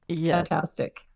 fantastic